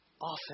Often